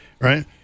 right